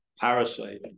parasite